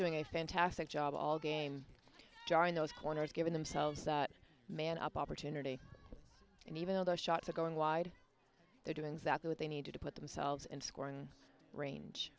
doing a fantastic job all game jarring those corners giving themselves man up opportunity and even though those shots are going wide they're doing exactly what they need to to put themselves in scoring range